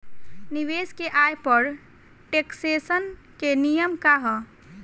निवेश के आय पर टेक्सेशन के नियम का ह?